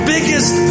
biggest